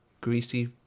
greasy